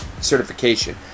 Certification